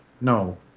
No